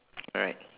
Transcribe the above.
alright